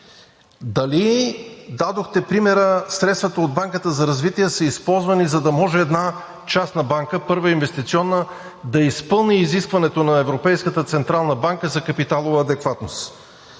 Дали, дадохте примера, средствата от Банката за развитие са използвани, за да може една частна банка – Първа инвестиционна, да изпълни изискването на Европейската централна банка за капиталова адекватност?